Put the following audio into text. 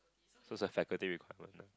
so it's a faculty requirement lah